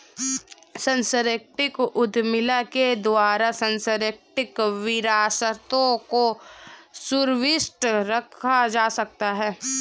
सांस्कृतिक उद्यमिता के द्वारा सांस्कृतिक विरासतों को सुरक्षित रखा जा सकता है